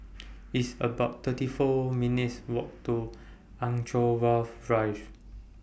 It's about thirty four minutes' Walk to Anchorvale Drive